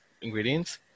ingredients